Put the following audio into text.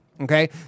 Okay